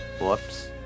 Whoops